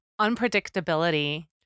unpredictability